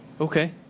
Okay